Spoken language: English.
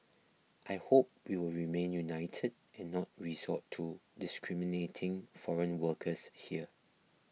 I hope we will remain united and not resort to discriminating foreign workers here